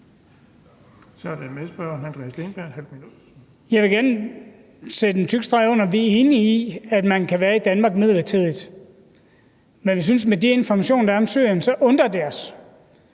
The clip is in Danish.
Jeg vil gerne sætte en tyk streg under, at vi er enige i, at man kan være i Danmark midlertidigt, men med de informationer, der er om Syrien, undrer det os,